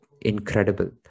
incredible